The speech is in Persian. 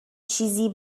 چیزی